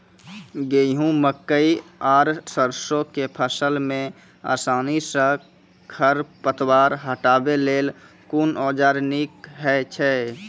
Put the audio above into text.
गेहूँ, मकई आर सरसो के फसल मे आसानी सॅ खर पतवार हटावै लेल कून औजार नीक है छै?